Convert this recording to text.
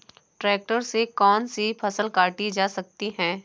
Tractor से कौन सी फसल काटी जा सकती हैं?